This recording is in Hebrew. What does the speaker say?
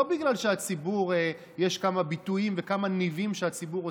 לא בגלל שיש כמה ביטויים וכמה ניבים שהציבור הוסיף,